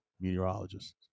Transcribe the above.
meteorologists